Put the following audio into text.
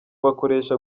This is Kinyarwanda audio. bakoresha